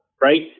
right